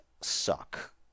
suck